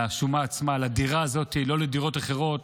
לגבי השומה עצמה, לדירה הזאת, לא לדירות אחרות.